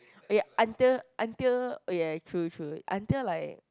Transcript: oh ya until until oh ya true true until like